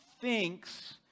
thinks